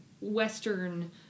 Western